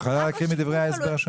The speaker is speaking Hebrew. את יכולה להקריא מדברי ההסבר?